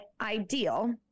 ideal